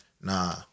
nah